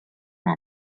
oma